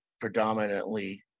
predominantly